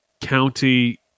County